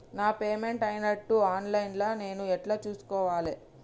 నా పేమెంట్ అయినట్టు online లా నేను ఎట్ల చూస్కోవాలే?